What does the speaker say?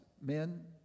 men